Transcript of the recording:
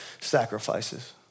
sacrifices